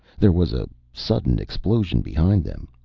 there was a sudden explosion behind them.